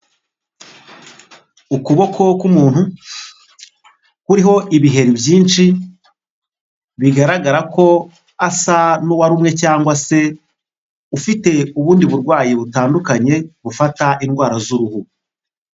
Ukuboko k'umuntu kuriho ibiheri byinshi bigaragara ko asa n'uwarumwe cyangwa se ufite ubundi burwayi butandukanye bufata indwara z'uruhu.